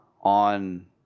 on